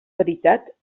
veritat